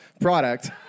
product